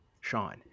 Sean